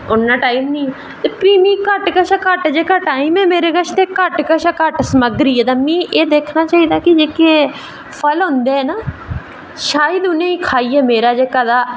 ते प्ही बी घट्ट कशा घट्ट जेह्का टाईम ऐ मेरे कश घट्ट कशा घट्ट समग्री ऐ ते भी एह् दिक्खना चाहिदा की जेह्के फल होंदे न शायद उ'नेंगी खाइयै मेरा तां